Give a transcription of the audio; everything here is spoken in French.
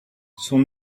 son